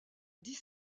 dix